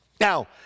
Now